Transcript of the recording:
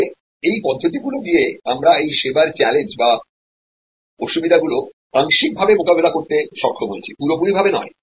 তবে এই পদ্ধতি গুলো দিয়ে আমরা এইপরিষেবার চ্যালেঞ্জ গুলো আংশিকভাবে মোকাবেলা করতে সক্ষম হয়েছি পুরোপুরিভাবে নয়